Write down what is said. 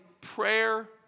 prayer